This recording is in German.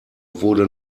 wurde